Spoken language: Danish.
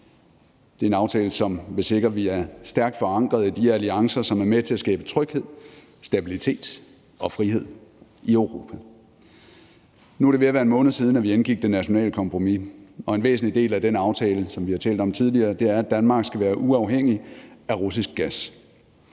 det er en aftale, som vil sikre, at vi er stærkt forankret i de alliancer, som er med til at skabe tryghed, stabilitet og frihed i Europa. Nu er det ved at være en måned siden, vi indgik det nationale kompromis, og en væsentlig del af den aftale er, som vi har talt om tidligere, at Danmark skal være uafhængig af russisk gas.